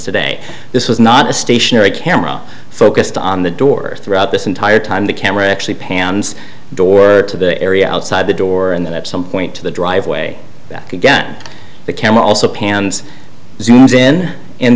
today this was not a stationary camera focused on the door throughout this entire time the camera actually pans door to the area outside the door and then at some point to the driveway back again the camera also pans zooms in